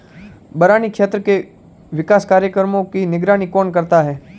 बरानी क्षेत्र के विकास कार्यक्रमों की निगरानी कौन करता है?